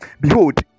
Behold